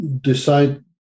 decide